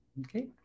okay